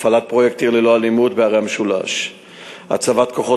הפעלת פרויקט "עיר ללא אלימות" בערי המשולש והצבת כוחות